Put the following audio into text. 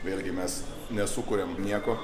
vėlgi mes nesukuriame nieko